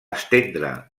estendre